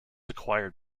acquired